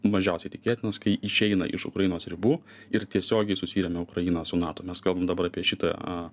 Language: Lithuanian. mažiausiai tikėtinas kai išeina iš ukrainos ribų ir tiesiogiai susiremia ukraina su nato mes kalbam dabar apie šitą